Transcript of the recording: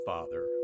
Father